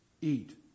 eat